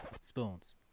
spoons